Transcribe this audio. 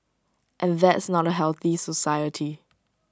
and that's not A healthy society